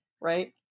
Right